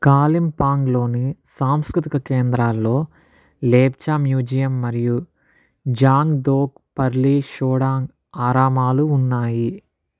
కాలింపాంగ్లోని సాంస్కృతిక కేంద్రాల్లో లేచ్చా మ్యూజియం మరియు జాంగ్ధోక్ పర్లీ సోడాంగ్ ఆరామాలు ఉన్నాయి